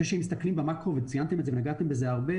כאשר מסתכלים במקרו ונגעתם בזה הרבה